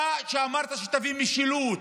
אתה שאמרת שתביא משילות,